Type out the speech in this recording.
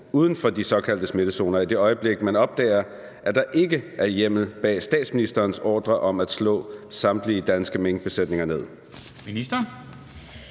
uden for de såkaldte smittezoner, i samme øjeblik man opdager, at der ikke er hjemmel bag statsministerens ordre om at slå samtlige danske minkbesætninger ned?